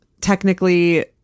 technically